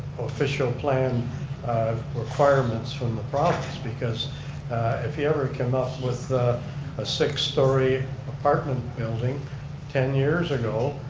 official plan requirements from the province because if you ever came up with a six-story apartment building ten years ago,